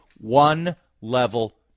one-level